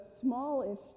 smallish